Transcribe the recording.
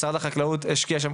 משרד החקלאות השקיע שם.